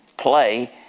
play